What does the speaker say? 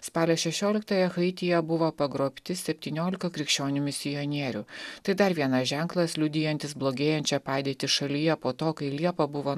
spalio šešioliktąją haityje buvo pagrobti septyniolika krikščionių misionierių tai dar vienas ženklas liudijantis blogėjančią padėtį šalyje po to kai liepą buvo